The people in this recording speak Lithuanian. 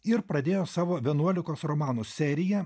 ir pradėjo savo vienuolikos romanų seriją